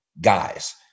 guys